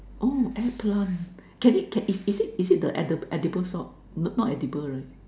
oh air plant can it is it is it the edible edible sort not edible right